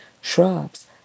shrubs